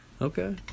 Okay